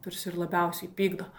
tarsi ir labiausiai pykdo